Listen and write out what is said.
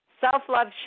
Self-love